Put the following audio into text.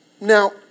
Now